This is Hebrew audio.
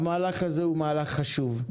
המהלך הזה הוא מהלך חשוב.